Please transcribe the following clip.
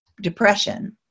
depression